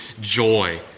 joy